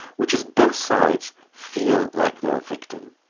which is both sides feel like they're a victim.